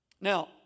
Now